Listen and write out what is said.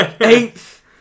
Eighth